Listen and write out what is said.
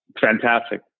Fantastic